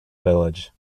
village